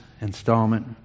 installment